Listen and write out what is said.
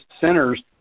centers